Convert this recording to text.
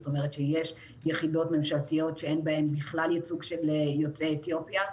זאת אומרת שיש יחידות ממשלתיות שאין בהן בכלל ייצוג של יוצאי אתיופיה,